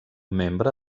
membre